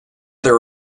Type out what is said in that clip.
there